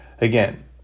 Again